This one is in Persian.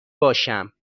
باشم